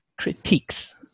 critiques